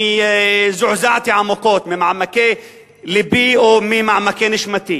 אני זועזעתי עמוקות, ממעמקי לבי, או ממעמקי נשמתי.